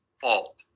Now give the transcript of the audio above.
fault